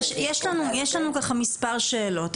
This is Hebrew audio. יש לנו מספר שאלות.